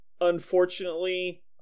unfortunately